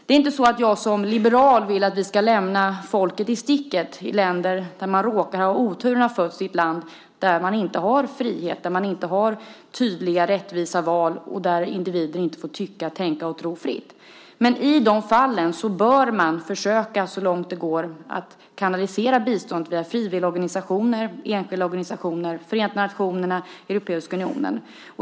Som liberal menar jag naturligtvis inte att vi ska lämna folket i sticket för att de råkar ha haft oturen att födas i ett land där man inte har frihet, tydliga, rättvisa val och där individen inte får tycka, tänka och tro fritt. Men i de fallen bör man så långt det går kanalisera biståndet via frivilligorganisationer, enskilda organisationer, Förenta nationerna eller Europeiska unionen.